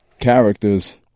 characters